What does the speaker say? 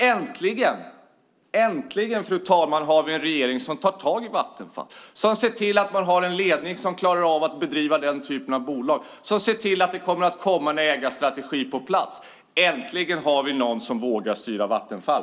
Äntligen, fru talman, har vi en regering som tar tag i Vattenfall, som ser till att de har en ledning som klarar av att bedriva den typen av bolag och som ser till att en ägarstrategi kommer på plats. Äntligen har vi någon som vågar styra Vattenfall.